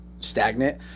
stagnant